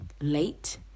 late